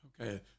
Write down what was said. Okay